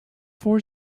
four